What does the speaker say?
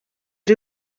uri